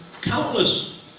countless